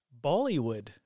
Bollywood